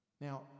Now